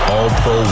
All-Pro